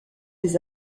des